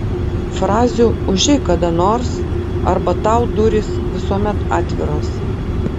frazių užeik kada nors arba tau durys visuomet atviros